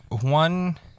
one